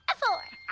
ah four.